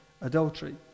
adultery